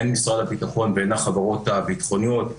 הן משרד הביטחון והן החברות הביטחוניות,